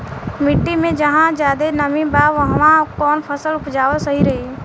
मिट्टी मे जहा जादे नमी बा उहवा कौन फसल उपजावल सही रही?